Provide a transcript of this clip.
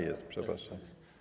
Jest, przepraszam.